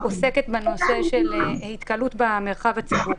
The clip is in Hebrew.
עוסקת בנושא של התקהלות במרחב הציבורי.